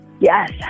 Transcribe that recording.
Yes